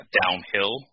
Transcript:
downhill